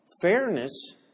Fairness